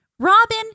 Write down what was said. Robin